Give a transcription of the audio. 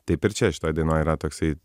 taip ir čia šitoj dainoj yra toksai